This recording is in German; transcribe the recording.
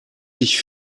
ich